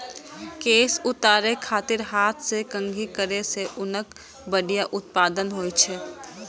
केश उतारै खातिर हाथ सं कंघी करै सं ऊनक बढ़िया उत्पादन होइ छै